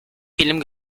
film